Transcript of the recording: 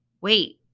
Wait